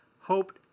hoped